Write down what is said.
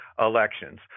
elections